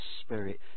spirit